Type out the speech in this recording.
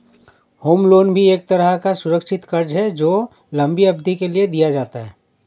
home loan भी एक तरह का सुरक्षित कर्ज है जो लम्बी अवधि के लिए दिया जाता है